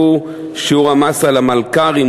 שהוא שיעור המס על המלכ"רים,